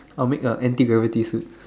I will make a anti gravity suit